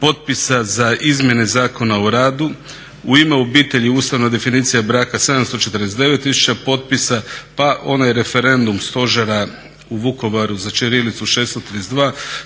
popisa za Izmjene Zakona o radu. "U ime obitelji" ustavna definicija braka 749 tisuća potpisa. Pa onaj referendum Stožera u Vukovaru za ćirilicu 632,